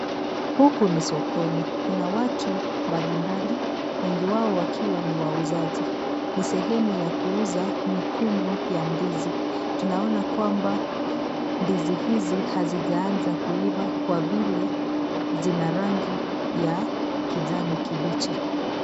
Huku ni sokoni kuna watu mbalimbali wengi wao wakiwa ni wauzaji, ni sehemu ya kuuza mikungu ya ndizi. Tunaona kwamba ndizi hizi hazijaanza kuiva kwa vile zina rangi ya kijani kibichi.